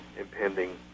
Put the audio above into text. impending